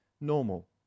normal